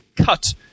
cut